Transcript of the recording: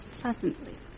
pleasantly